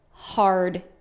hard